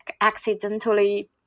accidentally